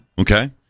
Okay